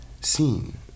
seen